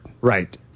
Right